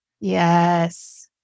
Yes